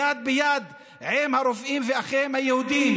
יד ביד עם הרופאים ואחיהם היהודים,